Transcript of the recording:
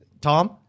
Tom